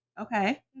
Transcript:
Okay